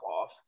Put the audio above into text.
off